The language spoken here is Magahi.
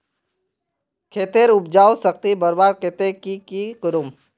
खेतेर उपजाऊ शक्ति बढ़वार केते की की करूम?